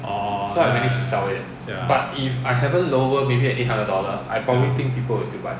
orh ya ya ya ya